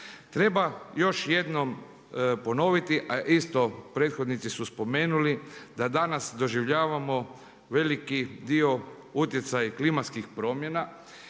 Treba još jednom ponoviti a isto prethodnici su spomenuli da danas doživljavamo veliki dio utjecaj klimatskih promjena